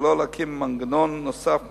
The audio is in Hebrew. ולא להקים מנגנון נוסף מקביל,